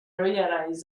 realized